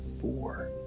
four